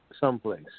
someplace